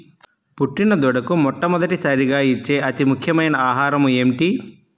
పుట్టిన దూడకు మొట్టమొదటిసారిగా ఇచ్చే అతి ముఖ్యమైన ఆహారము ఏంటి?